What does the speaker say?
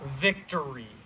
victory